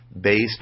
based